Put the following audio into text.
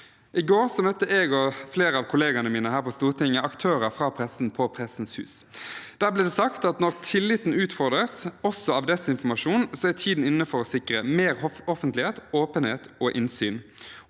I går møtte jeg og flere av kollegaene mine her på Stortinget aktører fra pressen på Pressens hus. Der ble det sagt at når tilliten utfordres – også av desinformasjon – er tiden inne for å sikre mer offentlighet, åpenhet og innsyn.